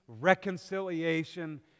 reconciliation